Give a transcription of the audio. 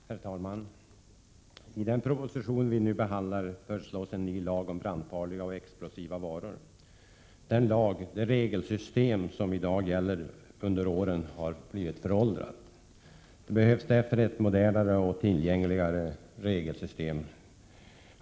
Herr talman! I den proposition vi nu behandlar föreslås en ny lag om brandfarliga och explosiva varor. Det regelsystem som i dag gäller har under åren blivit föråldrat. Det behövs därför ett modernare och tillgängligare regelsystem.